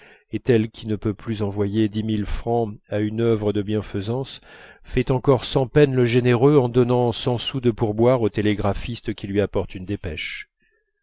et tel qui ne peut plus envoyer dix mille francs à une œuvre de bienfaisance fait encore sans peine le généreux en donnant cent sous de pourboire au télégraphiste qui lui apporte une dépêche